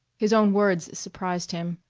his own words surprised him.